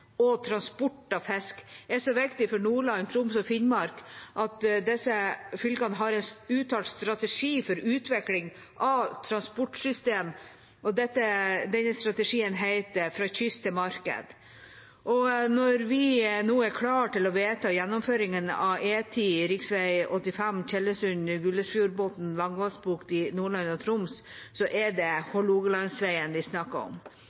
og transport av fisk er så viktig for Nordland, Troms og Finnmark at disse fylkene har en uttalt strategi for utvikling av transportsystemer. Denne strategien heter «Fra kyst til marked». Når vi nå er klare til å vedta gjennomføringen av E10/rv. 85 Tjeldsund–Gullesfjordbotn–Langvassbukt i Nordland og Troms, er det Hålogalandsveien vi snakker om.